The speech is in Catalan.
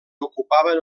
ocupaven